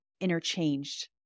interchanged